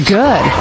good